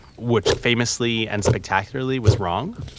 which famously and spectacularly was wrong,